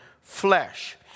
flesh